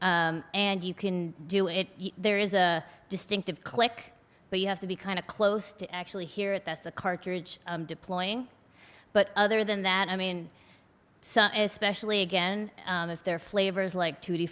palm and you can do it there is a distinctive click but you have to be kind of close to actually hear it that's the cartridge deploying but other than that i mean especially again if they're flavors like tutti